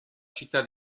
città